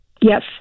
Yes